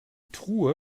truhe